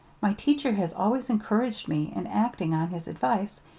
my teacher has always encouraged me, and, acting on his advice,